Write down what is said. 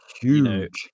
Huge